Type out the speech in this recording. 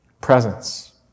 presence